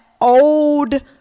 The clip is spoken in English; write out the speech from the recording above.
old